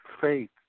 faith